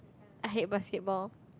I hate basketball